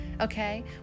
Okay